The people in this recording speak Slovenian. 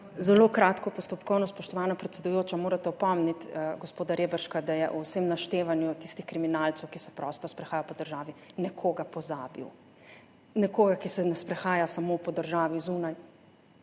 Zelo kratko postopkovno. Spoštovana predsedujoča, morate opomniti gospoda Reberška, da je med vsem naštevanjem tistih kriminalcev, ki se prosto sprehajajo po državi, na nekoga pozabil. Na nekoga, ki se ne sprehaja samo po državi zunaj,